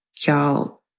y'all